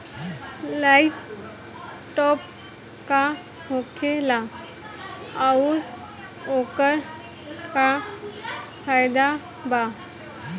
Light trap का होखेला आउर ओकर का फाइदा बा?